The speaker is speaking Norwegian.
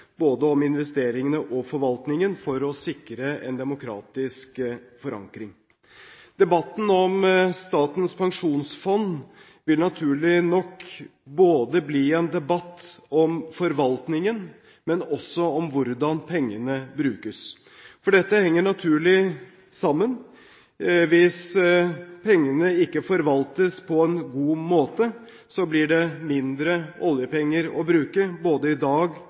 både om investeringene og om forvaltningen, for å sikre en demokratisk forankring. Debatten om Statens pensjonsfond vil naturlig nok bli en debatt både om forvaltningen og om hvordan pengene brukes, for dette henger naturlig sammen. Hvis pengene ikke forvaltes på en god måte, blir det mindre oljepenger å bruke, både i dag